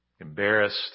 Embarrassed